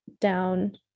down